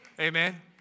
Amen